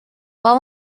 while